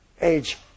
age